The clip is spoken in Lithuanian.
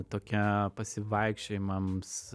tokia pasivaikščiojimams